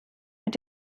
mit